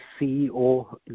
CEO